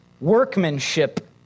workmanship